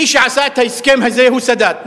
מי שעשה את ההסכם הזה הוא סאדאת.